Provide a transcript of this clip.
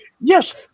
yes